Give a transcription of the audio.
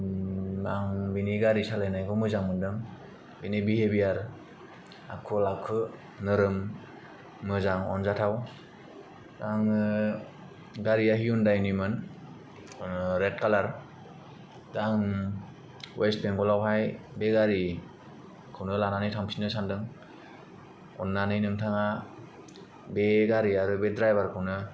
आं बेनि गारि सालायनायखौ मोजां मोन्दों बेनि बिहेभियार आखला खुब नरम मोजां अनजाथाव आङो गारिया हियुनदायनि मोन रेड कालार दा आं वेस्ट बेंगलावहाय बे गारिखौनो लानानै थांफिन्नो सान्दों अन्नानै नोंथाङा बे गारि आरो बे ड्राइभारखौनो